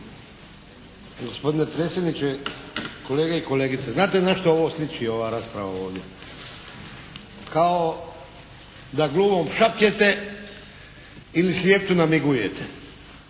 Gospodine predsjedniče, kolege i kolegice. Znate na što ovo sliči, ova rasprava ovdje? Kao da gluhom šapćete ili slijepcu namigujete.